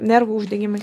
nervų uždegimai